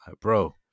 Bro